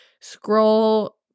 scroll